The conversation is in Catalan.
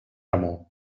remor